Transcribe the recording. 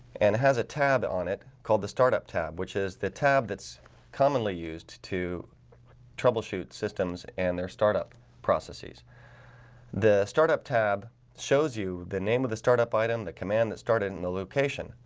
and has a tab on it called the startup tab, which is the tab that's commonly used to troubleshoot systems and their startup processes the startup tab shows you the name of the startup item the command that started in the location,